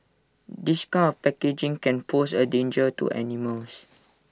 this coup packaging can pose A danger to animals